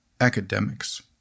academics